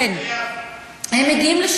אנחנו עוברים,